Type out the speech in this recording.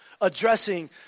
addressing